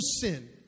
sin